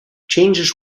changes